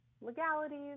legalities